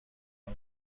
هوا